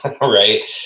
Right